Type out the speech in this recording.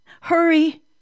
Hurry